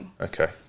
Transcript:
Okay